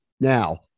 Now